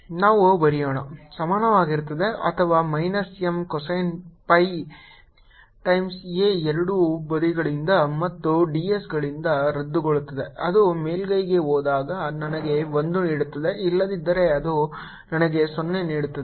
ನಾವು ಬರೆಯೋಣ ಸಮಾನವಾಗಿರುತ್ತದೆ ಅಥವಾ minus M cosine pi times a ಎರಡೂ ಬದಿಗಳಿಂದ ಮತ್ತು ds ಗಳಿಂದ ರದ್ದುಗೊಳ್ಳುತ್ತದೆ ಅದು ಮೇಲ್ಮೈಗೆ ಹೋದಾಗ ನನಗೆ 1 ನೀಡುತ್ತದೆ ಇಲ್ಲದಿದ್ದರೆ ಅದು ನನಗೆ 0 ನೀಡುತ್ತದೆ